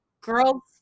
girls